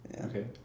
Okay